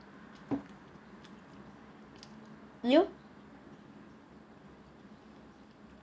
you